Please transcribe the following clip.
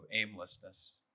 aimlessness